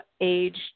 age